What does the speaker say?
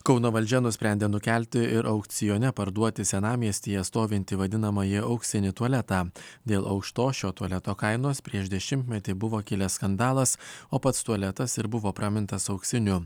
kauno valdžia nusprendė nukelti ir aukcione parduoti senamiestyje stovintį vadinamąjį auksinį tualetą dėl aukštos šio tualeto kainos prieš dešimtmetį buvo kilęs skandalas o pats tualetas ir buvo pramintas auksiniu